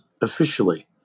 officially